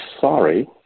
sorry